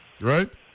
right